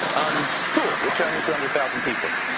um cool, we're churning two hundred thousand people.